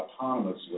autonomously